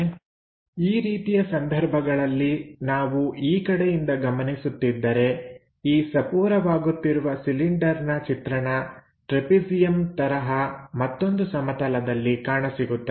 ಆದ್ದರಿಂದ ಈ ರೀತಿಯ ಸಂದರ್ಭಗಳಲ್ಲಿ ನಾವು ಈ ಕಡೆಯಿಂದ ಗಮನಿಸುತ್ತಿದ್ದರೆ ಈ ಸಪೂರವಾಗುತ್ತಿರುವ ಸಿಲಿಂಡರ್ನ ಚಿತ್ರಣ ಟ್ರೆಪೆಜಿಯಂ ತರಹ ಮತ್ತೊಂದು ಸಮತಲದಲ್ಲಿ ಕಾಣಸಿಗುತ್ತದೆ